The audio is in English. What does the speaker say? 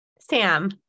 Sam